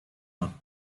not